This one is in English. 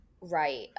Right